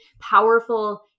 powerful